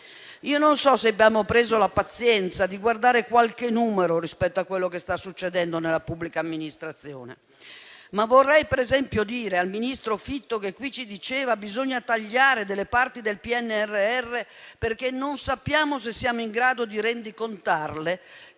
Io non so se abbiamo avuto la pazienza di guardare qualche numero rispetto a quello che sta succedendo nella pubblica amministrazione, ma vorrei per esempio dire al ministro Fitto, che ci diceva che bisogna tagliare delle parti del PNRR perché non sappiamo se siamo in grado di rendicontarle,